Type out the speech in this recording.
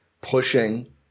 pushing